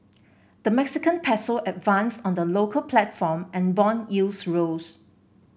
the Mexican peso advanced on the local platform and bond yields rose